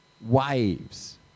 waves